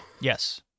Yes